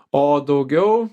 o daugiau